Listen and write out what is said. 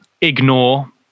ignore